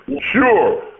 Sure